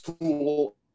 tool